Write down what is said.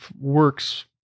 works